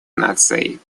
наций